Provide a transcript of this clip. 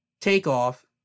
Takeoff